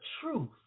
truth